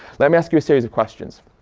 let me ask you a series of questions.